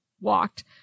walked